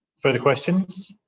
further questions